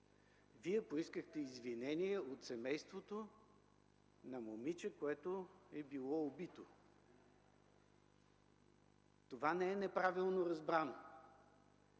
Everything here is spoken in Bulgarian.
Вие поискахте извинение от семейството на момиче, което е било убито. Това не е неправилно разбрано.